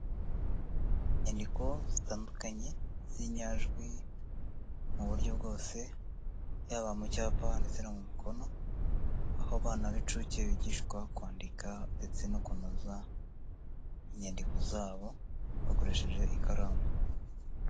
Inyandiko zitandukanye z'inyajwi mu buryo bwose yaba mu cyapa ndetse no mu mukono, aho abana b'inshuke bigishwa kwandika ndetse no kunoza inyandiko zabo bakoresheje ikaramu.